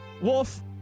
Wolf